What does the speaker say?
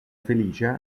felice